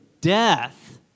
death